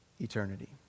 eternity